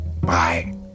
Bye